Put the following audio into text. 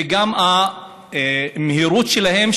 וגם המהירות שלהם,